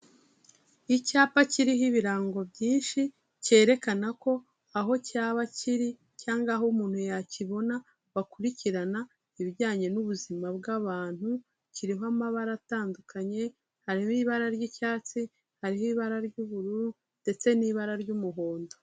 Icyapa kiriho ibirango byinshi cyerekana ko aho cyaba kiri cyangwa aho umuntu yakibona bakurikirana ibijyanye n'ubuzima bw'abantu, kiriho amabara atandukanye harimo ibara ry'icyatsi, hariho ibara ry'ubururu ndetse n'ibara ry'umuhondo.